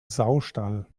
saustall